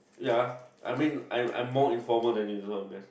ya I mean I'm I'm more informal than usual what I meant